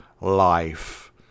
life